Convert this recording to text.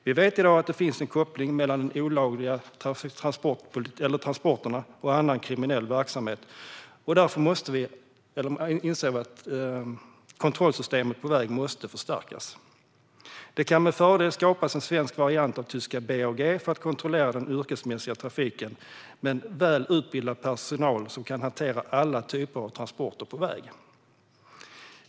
Vi vet i dag att det finns en koppling mellan de olagliga transporterna och annan kriminell verksamhet, och därför anser vi att kontrollsystemet på väg måste förstärkas. Det kan med fördel skapas en svensk variant av det tyska BAG-systemet för att kontrollera den yrkesmässiga trafiken, med väl utbildad personal som kan hantera alla typer av transporter på väg.